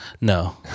No